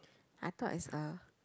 I though it's a